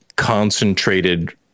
concentrated